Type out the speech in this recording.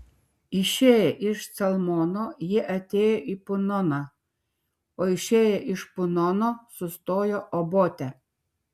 išėję iš calmono jie atėjo į punoną o išėję iš punono sustojo obote